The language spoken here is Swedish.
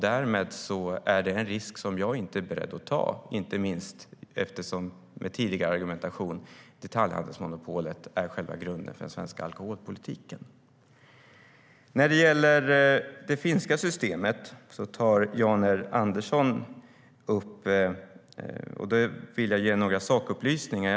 Därmed är det en risk som jag inte är beredd att ta, inte minst eftersom detaljhandelsmonopolet är själva grunden för den svenska alkoholpolitiken, som jag sa i tidigare argument. Jan R Andersson tar upp det finska systemet. Jag vill ge några sakupplysningar.